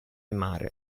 mare